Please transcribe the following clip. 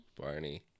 Barney